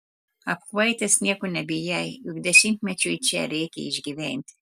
apkvaitęs nieko nebijai juk dešimtmečiui čia reikia išgyventi